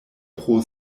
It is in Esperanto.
pro